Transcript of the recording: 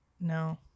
No